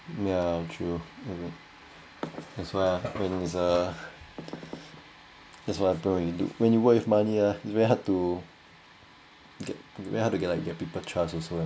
ya true true that's why ah when is uh that's what happen when you do when you work with money ah very hard to get very hard to get like people trust also lah